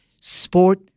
sport